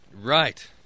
right